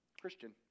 Christian